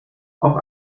auf